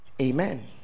Amen